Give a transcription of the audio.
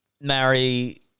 marry